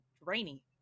rainy